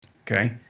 Okay